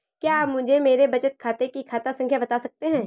क्या आप मुझे मेरे बचत खाते की खाता संख्या बता सकते हैं?